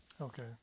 Okay